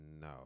No